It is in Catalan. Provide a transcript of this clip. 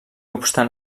obstant